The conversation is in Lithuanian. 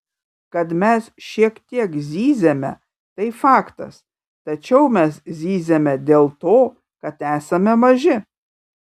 kad mes šiek tiek zyziame tai faktas tačiau mes zyziame dėl to kad esame maži